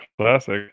classic